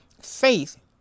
Faith